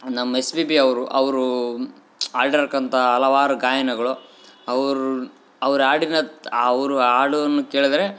ನಮ್ಮ S P B ಅವರು ಅವರು ಹಾಡಿರ್ತಕ್ಕಂಥ ಹಲವಾರು ಗಾಯನಗಳು ಅವ್ರ ಅವ್ರ ಹಾಡಿನ ತ್ ಅವರು ಹಾಡನ್ನು ಕೇಳಿದ್ರೆ